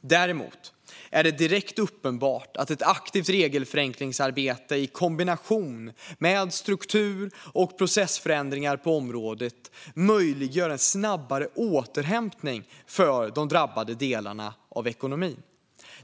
Däremot är det direkt uppenbart att ett aktivt regelförenklingsarbete i kombination med struktur och processförändringar på området möjliggör en snabbare återhämtning för de drabbade delarna av ekonomin.